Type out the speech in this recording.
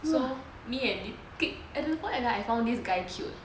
so me and d~ k~ I don't know whether I found this guy cute